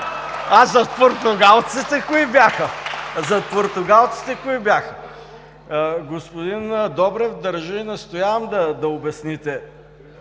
Зад португалците кои бяха? Господин Добрев, държа и настоявам да обясните